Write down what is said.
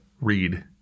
read